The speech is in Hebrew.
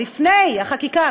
לפני החקיקה,